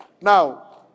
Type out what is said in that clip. now